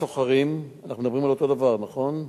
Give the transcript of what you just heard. אנחנו מדברים על אותו דבר, נכון?